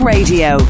Radio